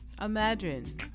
imagine